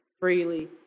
Freely